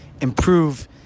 improve